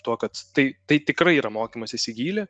tuo kad tai tai tikrai yra mokymasis į gylį